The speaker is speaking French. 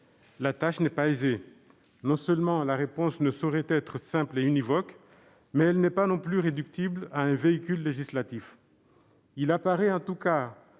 La tâche n'est pas aisée : non seulement la réponse ne saurait être simple et univoque, mais elle n'est pas non plus réductible à un véhicule législatif. Il apparaît, en tout cas,